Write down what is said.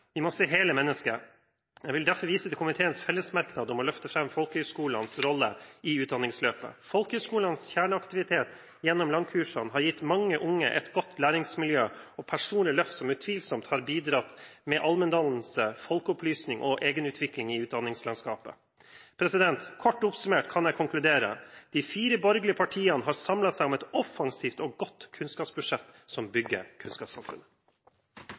Vi må se hele mennesket. Jeg vil derfor vise til komiteens fellesmerknad om å løfte fram folkehøyskolenes rolle i utdanningsløpet. Folkehøyskolenes kjerneaktivitet gjennom langkursene har gitt mange unge et godt læringsmiljø og personlig løft, som utvilsomt har bidratt med allmenndannelse, folkeopplysning og egenutvikling i utdanningslandskapet. Kort oppsummert kan jeg konkludere: De fire borgerlige partiene har samlet seg om et offensivt og godt kunnskapsbudsjett, som bygger kunnskapssamfunnet.